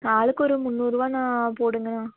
ஆளுக்கு ஒரு முந்நூறுவா அண்ணா போடுங்க அண்ணா